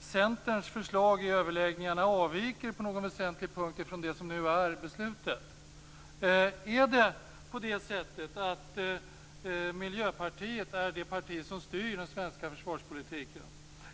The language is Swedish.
Centerns förslag i överläggningarna avviker på någon väsentlig punkt från det som nu är beslutat? Är det på det sättet att Miljöpartiet är det parti som styr den svenska försvarspolitiken?